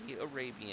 Arabian